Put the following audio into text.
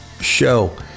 Show